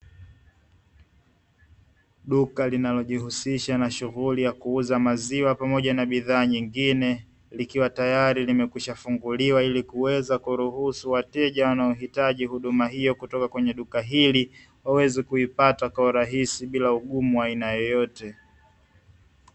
Duka linalojihusisha na shughuli ya kuuza maziwa pamoja na bidhaa nyingine nikiwa tayari nimekwishafunguliwa ili kuweza kuruhusu wateja wanaohitaji huduma hiyo kutoka kwenye duka hili, waweze kuipata kwa urahisi bila ugumu wa aina yoyote.